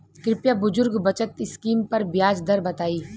कृपया बुजुर्ग बचत स्किम पर ब्याज दर बताई